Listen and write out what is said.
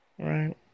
Right